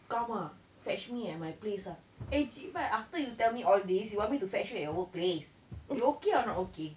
come ah fetch me at my place ah !hey! cheebye after you tell me all this you want me to fetch you at your workplace you okay or not okay